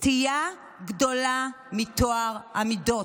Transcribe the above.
סטייה גדולה מטוהר המידות.